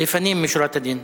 לפנים משורת הדין.